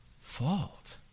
fault